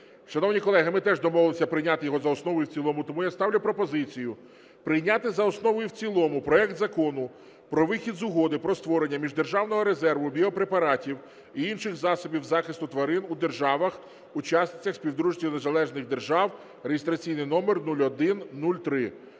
Шановні колеги, ми теж домовилися прийняти його за основу і в цілому, тому я ставлю пропозицію прийняти за основу і в цілому проект Закону про вихід з Угоди про створення Міждержавного резерву біопрепаратів і інших засобів захисту тварин у державах-учасницях Співдружності Незалежних Держав (реєстраційний номер 0103).